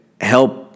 help